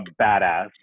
badass